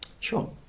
Sure